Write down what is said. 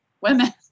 women